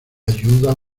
ayuda